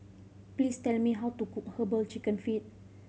please tell me how to cook Herbal Chicken Feet